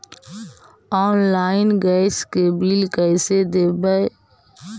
Online gas के bill कैसे देबै?